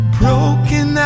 broken